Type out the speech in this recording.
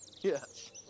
Yes